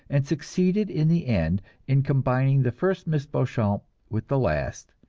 and succeeded in the end in combining the first miss beauchamp with the last,